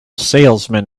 salesman